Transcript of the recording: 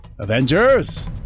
Avengers